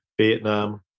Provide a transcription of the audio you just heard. Vietnam